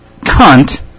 cunt